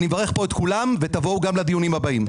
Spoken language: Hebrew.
אני מברך פה את כולם, ותבואו גם לדיונים הבאים.